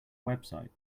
website